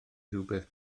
rywbeth